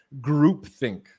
groupthink